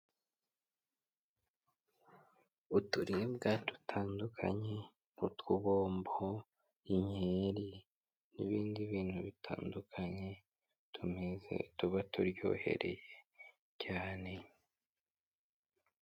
Uturibwa dutandukanye utubombo, inkeri n'ibindi bintu bitandukanye tumeze, tuba turyohereye cyane.